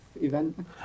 event